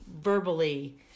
verbally